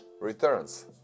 returns